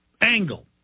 angle